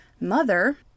mother